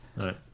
Right